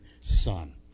Son